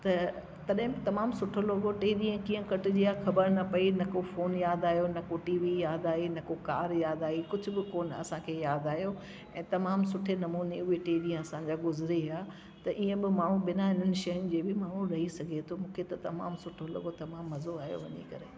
त तॾहिं बि तमामु सुठो लॻो टे ॾींहं कटिजी विया ख़बर न पई न को फोन यादि आयो न को टीवी यादि आई न को कार यादि आई कुझु बि कोन्ह असांखे यादि आयो ऐं तमामु सुठे नमूने उहे टे ॾींहं असांजा गुज़री विया त ईअं बि माण्हू बिना इन शयुनि जे बि माण्हू रही सघे थो मूंखे त तमामु सुठो लॻो तमामु मज़ो आयो वञी करे